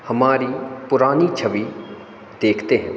हमारी पुरानी छवि देखते हैं